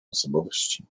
osobowości